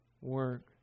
work